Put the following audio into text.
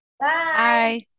Bye